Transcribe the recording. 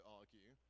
argue